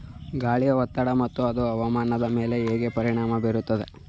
ಗಾಳಿಯ ಒತ್ತಡ ಮತ್ತು ಅದು ಹವಾಮಾನದ ಮೇಲೆ ಹೇಗೆ ಪರಿಣಾಮ ಬೀರುತ್ತದೆ?